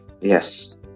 Yes